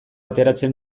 ateratzen